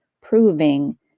proving